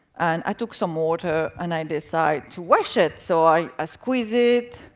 and i took some water, and i decide to wash it, so i ah squeeze it,